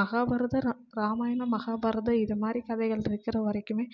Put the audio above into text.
மகாபாரதம் இராமாயணம் மகாபாரதம் இது மாதிரி கதைகள் இருக்கிற வரைக்குமே